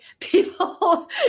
people